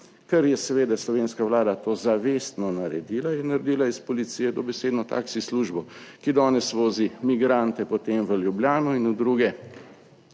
Ker je seveda slovenska vlada to zavestno naredila je naredila iz policije dobesedno taksi službo, ki danes vozi migrante potem v Ljubljano in v druge